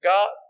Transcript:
God